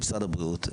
משרד הבריאות,